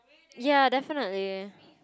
ya definitely